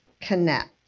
connect